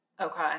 Okay